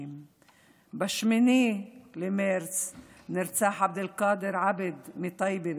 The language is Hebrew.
בן 50. ב-8 במרץ נרצח עבד אלקאדר מטייבה,